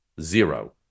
zero